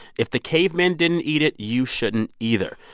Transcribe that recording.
if the cavemen didn't eat it, you shouldn't either.